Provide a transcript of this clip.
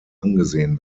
angesehen